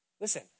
Listen